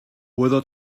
puedo